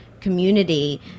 community